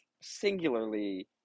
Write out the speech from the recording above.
singularly